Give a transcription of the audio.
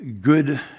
good